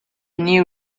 new